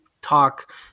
talk